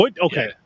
Okay